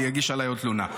יגישו עליי עוד תלונה.